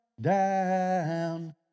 Down